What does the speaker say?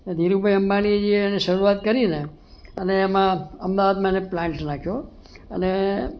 ધીરુભાઈ અંબાણીએ જે એણે શરૂઆત કરીને અને એમાં અમદાવાદમાં એણે પ્લાન્ટ નાખ્યો અને